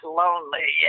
lonely